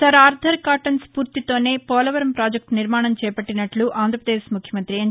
sir Arthur Cotton స్పూర్తితోనే Polavaram project నిర్మాణం చేపట్టినట్ట ఆంధ్రాపదేశ్ ముఖ్యమంత్రి ఎన్